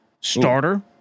Starter